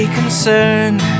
concerned